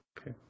Okay